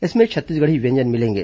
इसमें छत्तीसगढ़ी व्यंजन मिलेंगे